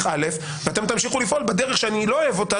א' ואתם תמשיכו לפעול בדרך שאני לא אוהב אותה,